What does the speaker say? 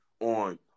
on